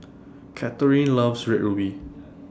Kathyrn loves Red Ruby